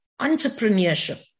entrepreneurship